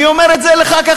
אני אומר את זה לך כך,